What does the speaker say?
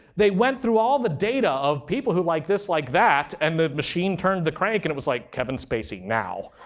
they went through all the data of people who like this, like that, and the machine turned the crank and it was like, kevin spacey now.